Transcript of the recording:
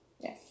Yes